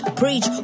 preach